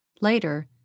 Later